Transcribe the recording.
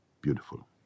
Beautiful